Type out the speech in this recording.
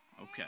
Okay